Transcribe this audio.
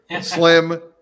slim